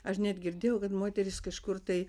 aš net girdėjau kad moterys kažkur tai